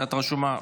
את רשומה.